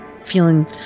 feeling